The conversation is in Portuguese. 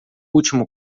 último